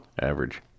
average